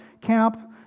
camp